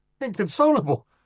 Inconsolable